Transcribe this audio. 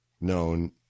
known